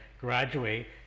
graduate